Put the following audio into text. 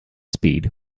speed